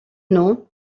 noms